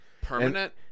permanent